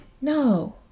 No